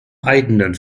eigenen